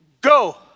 Go